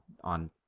on